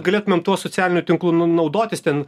galėtumėm tuo socialiniu tinklu na naudotis ten